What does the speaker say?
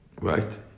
Right